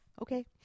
Okay